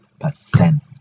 percent